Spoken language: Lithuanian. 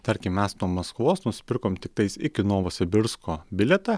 tarkim mes nuo maskvos nusipirkom tiktais iki novosibirsko bilietą